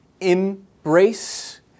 Embrace